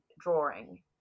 drawing